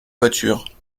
voitures